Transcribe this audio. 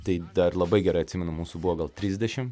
tai dar labai gerai atsimenu mūsų buvo gal trisdešimt